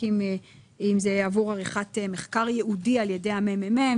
אם זה עבור עריכת מחקר ייעודי על ידי הממ"מ.